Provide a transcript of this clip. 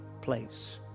place